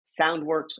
Soundworks